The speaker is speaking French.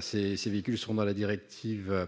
Ces véhicules sont inclus dans la directive